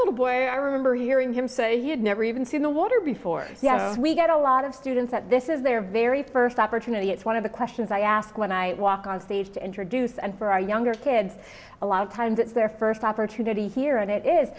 little boy i remember hearing him say he had never even seen the water before we get a lot of students that this is their very first opportunity it's one of the questions i ask when i walk on stage to introduce and for our younger kids a lot of times it's their first opportunity here and it is